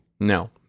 No